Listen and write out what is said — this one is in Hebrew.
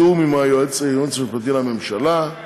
בתיאום עם היועץ המשפטי לממשלה ועם